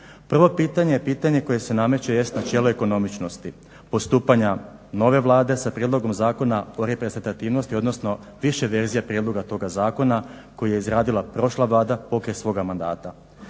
Prvo pitanje, pitanje koje se nameće jest načelo ekonomičnosti, postupanja nove Vlade sa prijedlogom zakona o reprezentativnosti, odnosno više verzija prijedloga toga zakona koji je izradila prošla Vlada potkraj svoga mandata.